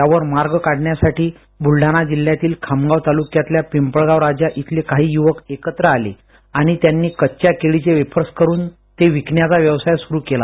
यावर मार्ग काढण्यासाठी बूलढाणा जिल्ह्यातील खामगाव तालुक्यातल्या पिंपळगाव राजा इथले काही यूवक एकत्र आले आणि त्यांनी कच्च्या केळीचे वेफर्स करून ते विकण्याचा व्यवसाय सुरू केला